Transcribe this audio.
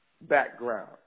background